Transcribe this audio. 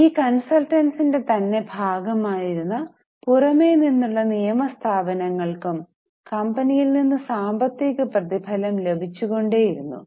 ഈ കോണ്സല്ട്ടന്റ്സിന്റെ തന്നെ ഭാഗമായിരുന്ന പുറമെ നിന്നുള്ള നിയമ സ്ഥാപനങ്ങൾക്കും കമ്പനിയിൽ നിന്ന് സാമ്പത്തിക പ്രതിഫലം ലഭിച്ചുക്കൊണ്ടിരുന്നു